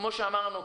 כפי שאמרנו,